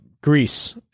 Greece